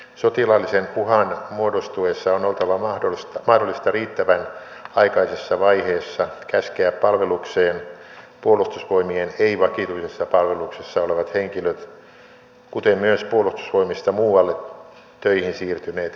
sotilaallisen uhan muodostuessa on oltava mahdollista riittävän aikaisessa vaiheessa käskeä palvelukseen puolustusvoimien ei vakituisessa palveluksessa olevat henkilöt kuten myös puolustusvoimista muualle töihin siirtyneet entiset sotilashenkilöt